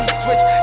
switch